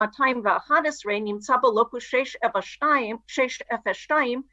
‫2011 נמצא בלוקוס 672, 602